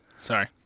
Sorry